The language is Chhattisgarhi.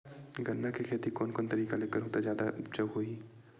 गन्ना के खेती कोन कोन तरीका ले करहु त जादा उपजाऊ होही?